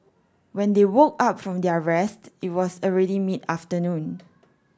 when they woke up from their rest it was already mid afternoon